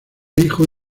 hijos